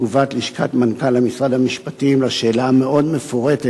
תגובת לשכת מנכ"ל משרד המשפטים על השאלה המאוד-מפורטת